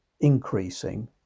increasing